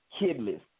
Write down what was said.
kidless